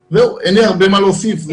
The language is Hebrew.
אין לי הרבה מה להוסיף.